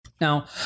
Now